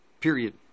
period